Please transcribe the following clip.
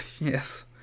yes